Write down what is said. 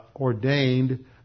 ordained